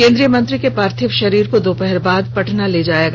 केन्द्रीय मंत्री के पार्थिव शरीर को दोपहर बाद पटना ले जाया गया